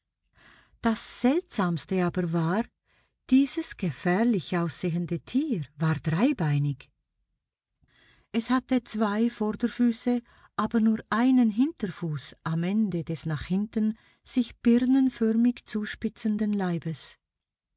das seltsamste aber war dieses gefährlich aussehende tier war dreibeinig es hatte zwei vorderfüße aber nur einen hinterfuß am ende des nach hinten sich birnenförmig zuspitzenden leibes